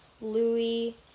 Louis